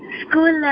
school